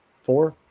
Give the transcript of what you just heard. Four